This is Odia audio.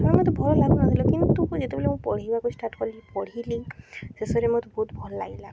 ସେ ମତେ ଭଲ ଲାଗୁନଥିଲା କିନ୍ତୁ ଯେତେବେଳେ ମୁଁ ପଢ଼ିବାକୁ ଷ୍ଟାର୍ଟ କଲିି ପଢ଼ିଲି ଶେଷରେ ମତେ ବହୁତ ଭଲ ଲାଗିଲା